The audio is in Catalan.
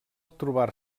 trobar